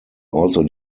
also